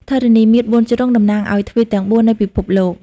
ធរណីមាត្របួនជ្រុង តំណាងឱ្យទ្វីបទាំងបួននៃពិភពលោក។